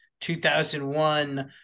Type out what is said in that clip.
2001